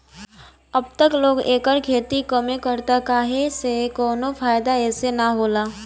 अब त लोग एकर खेती कमे करता काहे से कवनो फ़ायदा एसे न होला